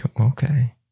Okay